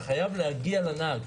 אתה חייב להגיע לנהג,